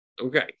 Okay